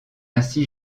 ainsi